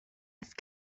have